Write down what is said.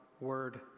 word